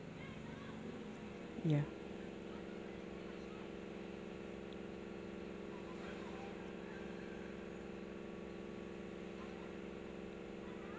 ya